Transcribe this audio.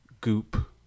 Goop